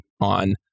on